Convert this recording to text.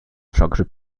wszakże